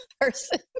person